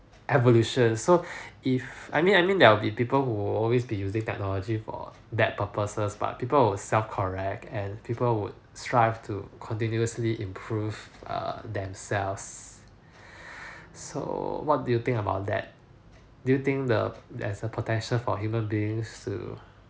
evolution so if I mean I mean there will be people who always be using technology for that purposes but people will self correct and people would strive to continuously improve err themselves so what do you think about that do you think the there is a potential for human being to